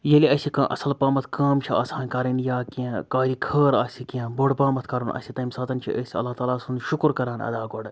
ییٚلہِ اَسہِ کانٛہہ اَصٕل پَہمَتھ کٲم چھِ آسان کَرٕنۍ یا کینٛہہ کارِ خٲر آسہِ کینٛہہ بوٚڑ پَہمَتھ کَرُن آسہِ تَمہِ ساتَن چھِ أسۍ اللہ تعالیٰ سُنٛد شُکُر کَران ادا گۄڈٕ